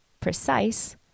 precise